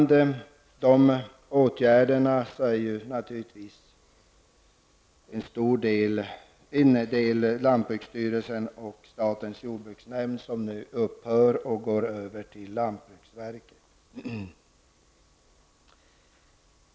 Dessa åtgärder innebär bl.a. att lantbruksstyrelsen och statens jordbruksnämnd upphör och att den verksamheten går över till lantbruksverket.